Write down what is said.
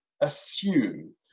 assume